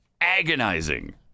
agonizing